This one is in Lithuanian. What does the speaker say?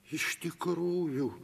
iš tikrųjų